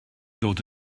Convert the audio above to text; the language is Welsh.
dod